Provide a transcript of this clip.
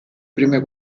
prime